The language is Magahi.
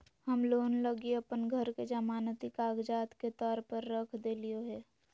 हम लोन लगी अप्पन घर के जमानती कागजात के तौर पर रख देलिओ हें